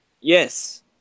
Yes